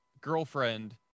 girlfriend